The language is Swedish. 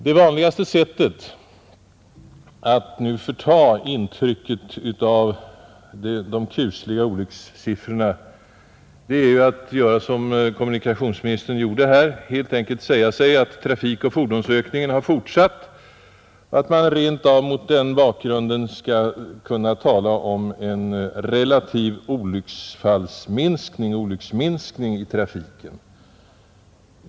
Det vanligaste sättet att förta intrycket av de kusliga olyckssiffrorna är att göra som kommunikationsministern gjorde här: att helt enkelt säga att trafikoch fordonsökningen har fortsatt och att man rent av mot den bakgrunden skall kunna tala om en relativ olycksminskning i trafiken.